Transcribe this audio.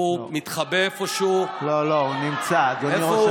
הוא מתחבא איפשהו, הוא נמצא, הוא לא מקשיב לך.